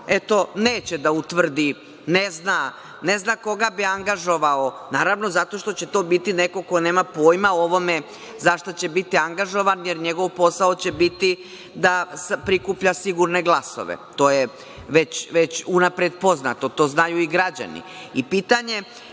eto, neće da utvrdi, ne zna koga bi angažovao, naravno, zato što će to biti neko ko nema pojma o ovome za šta će biti angažovan, jer njegov posao će biti da prikuplja sigurne glasove, to je već unapred poznato, to znaju i građani. Pitanje